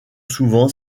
souvent